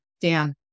Dan